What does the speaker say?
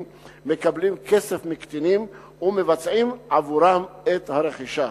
מקבלים כסף מקטינים ומבצעים עבורם את הרכישה.